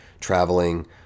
traveling